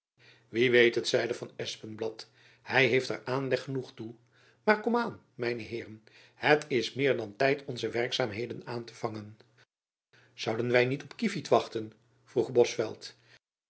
wie weet het zeide van espenblad hy heeft er aanleg genoeg toe maar komaan mijne heejacob van lennep elizabeth musch ren het is meer dan tijd onze werkzaamheden aan te vangen zouden wy niet op kievit wachten vroeg bosveldt